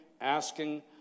asking